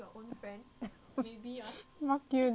fuck you jessie fuck you